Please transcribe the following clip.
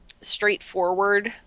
straightforward-